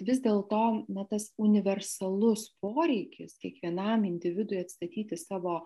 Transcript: vis dėlto na tas universalus poreikis kiekvienam individui atstatyti savo